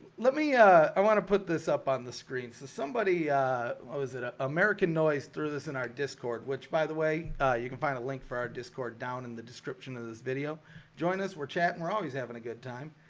let me i want to put this up on the screen so somebody was ah american noise threw this in our discord which by the way you can find a link for our discord down in the description of this video join us we're chat and we're always having a good time